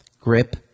Grip